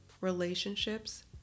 relationships